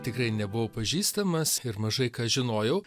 tikrai nebuvau pažįstamas ir mažai ką žinojau